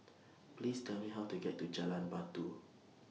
Please Tell Me How to get to Jalan Batu